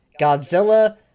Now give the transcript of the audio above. Godzilla